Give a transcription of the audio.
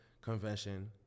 convention